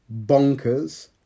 bonkers